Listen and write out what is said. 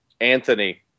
anthony